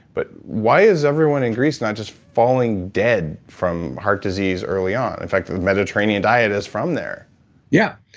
but why is everyone in greece not just falling dead from heart disease early on? in fact the mediterranean diet is from there yeah.